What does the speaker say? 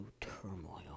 turmoil